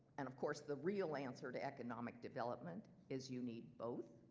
and of course the real answer to economic development is you need both.